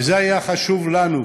וזה היה חשוב לנו,